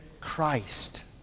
Christ